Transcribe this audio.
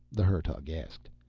the hertug asked,